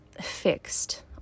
fixed